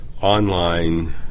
online